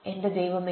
എന്റെ ദൈവമേ